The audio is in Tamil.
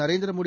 நரேந்திரமோடி